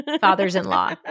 father's-in-law